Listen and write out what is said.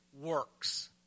works